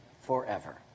forever